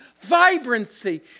Vibrancy